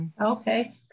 Okay